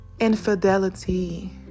Infidelity